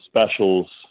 specials